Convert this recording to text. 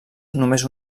només